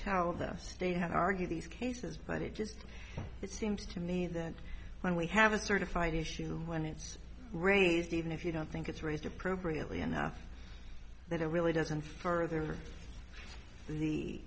tell the state how argue these cases but it just it seems to me that when we have a certified issue when it's raised even if you don't think it's raised appropriately enough that it really doesn't further the